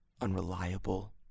Unreliable